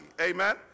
amen